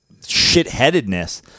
shitheadedness